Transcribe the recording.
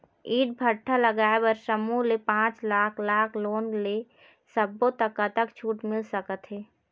ईंट भट्ठा लगाए बर समूह ले पांच लाख लाख़ लोन ले सब्बो ता कतक छूट मिल सका थे?